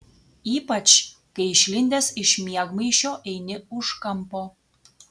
ypač kai išlindęs iš miegmaišio eini už kampo